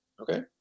okay